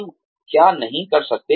तुम क्या नहीं कर सकते